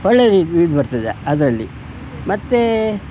ಒಳ್ಳೇದು ಇದು ಈಲ್ಡ್ ಬರ್ತದೆ ಅದರಲ್ಲಿ ಮತ್ತು